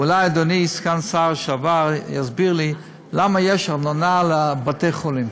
אולי אדוני סגן השר לשעבר יסביר לי למה יש ארנונה על בתי-חולים.